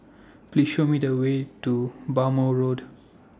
Please Show Me The Way to Bhamo Road